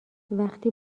وقتی